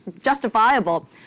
justifiable